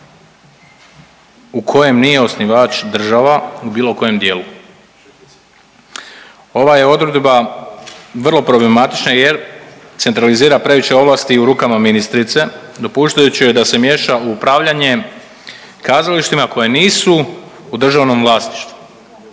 u kojem nije osnivač država u bilo kojem dijelu. Ova je odredba vrlo problematična jer centralizira previše ovlasti u rukama ministrice dopuštajući joj da se miješa u upravljanje kazalištima koja nisu u državnom vlasništvu.